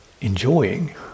enjoying